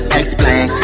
explain